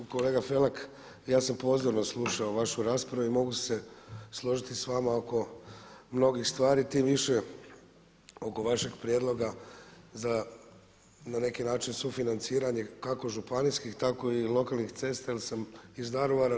Kolega Felak, ja sam pozorno slušao vašu raspravu i mogu se složiti s vama oko mnogih stvari, tim više oko vašeg prijedloga za na neki način sufinanciranje kako županijskih tako i lokalnih cesta jer sam iz Daruvara.